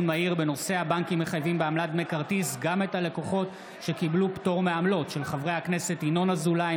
מהיר בהצעתם של חברי הכנסת ינון אזולאי,